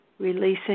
releasing